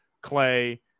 Clay